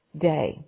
day